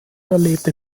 erlebte